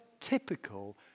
typical